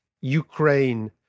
Ukraine